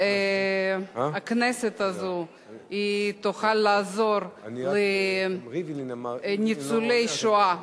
הכנסת הזאת תוכל לעזור לניצולי שואה,